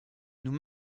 nous